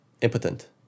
impotent